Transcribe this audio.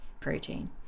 protein